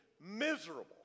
miserable